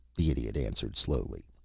the idiot answered, slowly.